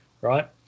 right